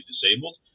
disabled